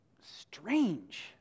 strange